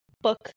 book